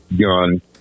gun